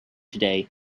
today